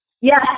Yes